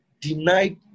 denied